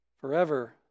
forever